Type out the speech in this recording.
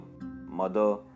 mother